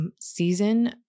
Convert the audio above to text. season